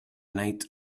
night